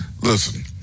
listen